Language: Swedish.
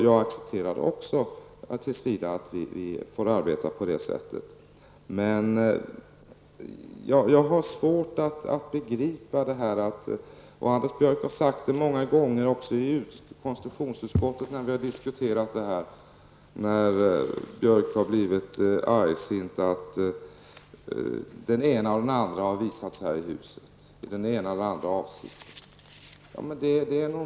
Jag accepterar också att vi tills vidare får arbeta på detta sätt. Anders Björck har i konstitutionsutskottet när vi diskuterat detta många gånger sagt, när Anders Björck blivit argsint, att den ena eller den andra har visat sig här i huset med den ena eller andra avsikten.